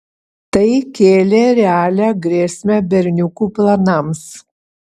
tai kėlė realią grėsmę berniukų planams